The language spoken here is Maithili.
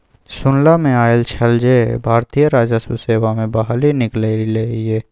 सुनला मे आयल छल जे भारतीय राजस्व सेवा मे बहाली निकललै ये